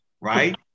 right